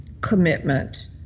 commitment